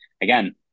again